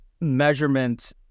measurement